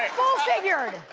full figured.